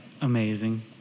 amazing